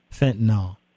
fentanyl